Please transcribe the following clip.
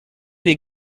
des